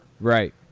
right